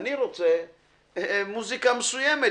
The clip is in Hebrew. אני רוצה מוזיקה מסוימת".